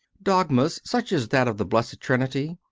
dogmas such as that of the blessed trinity,